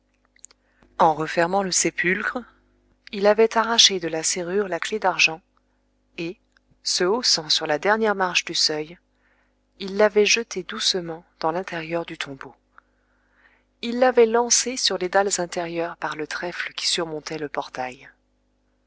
en renfermant le sépulcre il avait arraché de la serrure la clef d'argent et se haussant sur la dernière marche du seuil il l'avait jetée doucement dans l'intérieur du tombeau il l'avait lancée sur les dalles intérieures par le trèfle qui surmontait le portail